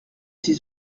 ses